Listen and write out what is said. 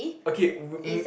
okay